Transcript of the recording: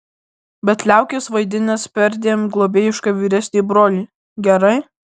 bet liaukis vaidinęs perdėm globėjišką vyresnį brolį gerai